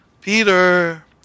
Peter